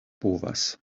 povas